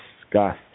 discuss